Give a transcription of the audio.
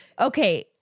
okay